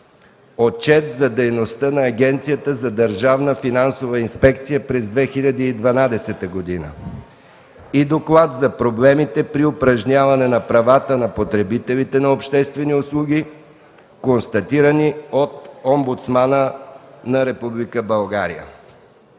Отчет за дейността на Агенцията за държавна финансова инспекция през 2012 г. - Доклад за проблемите при упражняването на правата на потребителите на обществени услуги, констатирани от Омбудсмана на